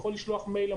לשלוח מייל,